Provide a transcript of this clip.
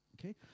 Okay